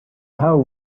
how